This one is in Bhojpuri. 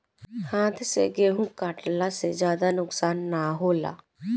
हाथ से गेंहू कटला से ज्यादा नुकसान ना होला